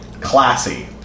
Classy